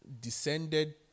descended